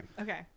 Okay